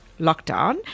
lockdown